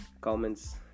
comments